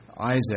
Isaac